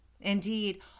Indeed